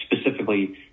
specifically